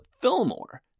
Fillmore